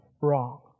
wrong